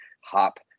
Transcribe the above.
hop